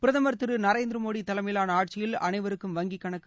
பிரதமா் திரு நரேந்திர மோடி தலைமையிலான ஆட்சியில் அனைவருக்கும் வங்கி கணக்கு